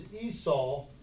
Esau